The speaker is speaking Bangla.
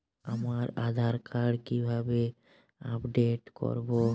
আমার আধার কার্ড কিভাবে আপডেট করব?